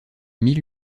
mille